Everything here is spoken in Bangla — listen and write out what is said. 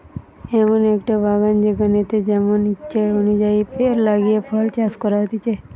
এমন একটো বাগান যেখানেতে যেমন ইচ্ছে অনুযায়ী পেড় লাগিয়ে ফল চাষ করা হতিছে